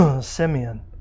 Simeon